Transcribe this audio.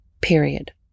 Period